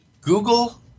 Google